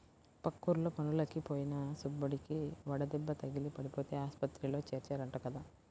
పక్కూర్లో పనులకి పోయిన సుబ్బడికి వడదెబ్బ తగిలి పడిపోతే ఆస్పత్రిలో చేర్చారంట కదా